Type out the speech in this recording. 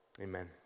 Amen